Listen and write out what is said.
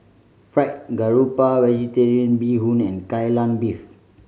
Fried Garoupa Vegetarian Bee Hoon and Kai Lan Beef